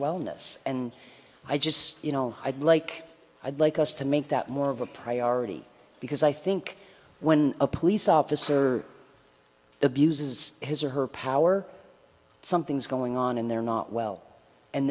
wellness and i just you know i'd like i'd like us to make that more of a priority because i think when a police officer abuses his or her power something's going on and they're not well and